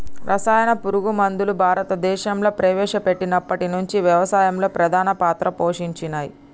రసాయన పురుగు మందులు భారతదేశంలా ప్రవేశపెట్టినప్పటి నుంచి వ్యవసాయంలో ప్రధాన పాత్ర పోషించినయ్